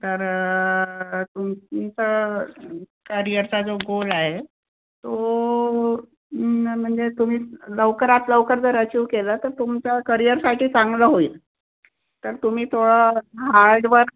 तर तुम तुमचं करिअरचा जो गोल आहे तो नाही म्हणजे तुम्ही लवकरात लवकर जर अचिव्ह केला तर तुमचं करिअरसाठी चांगलं होईल तर तुम्ही थोडं हार्डवर्क